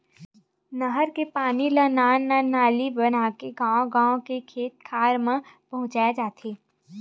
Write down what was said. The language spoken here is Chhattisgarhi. नहर के पानी ल नान नान नाली बनाके गाँव गाँव के खेत खार म पहुंचाए जाथे